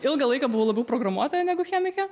ilgą laiką buvo labiau programuotoja negu chemikė